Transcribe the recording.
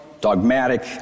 dogmatic